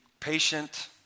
patient